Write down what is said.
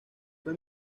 fue